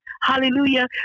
Hallelujah